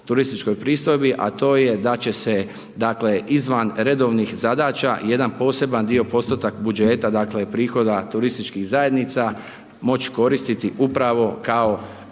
turističkoj pristojbi a to je da će se dakle izvan redovnih zadaća jedan poseban dio postotak budžeta, dakle prihoda turističkih zajednica moći koristiti upravo kao